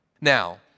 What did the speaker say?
Now